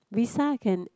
visa can